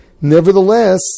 Nevertheless